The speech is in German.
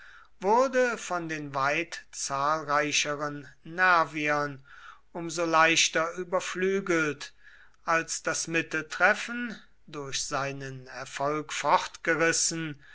wurde von den weit zahlreicheren nerviern um so leichter überflügelt als das mitteltreffen durch seinen erfolg